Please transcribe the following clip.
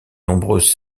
nombreuses